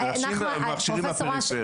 אבל פרופ' אש,